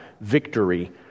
victory